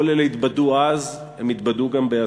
כל אלה התבדו אז, הם יתבדו גם בעתיד,